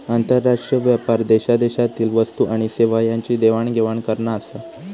आंतरराष्ट्रीय व्यापार देशादेशातील वस्तू आणि सेवा यांची देवाण घेवाण करना आसा